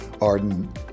ARDEN